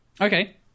Okay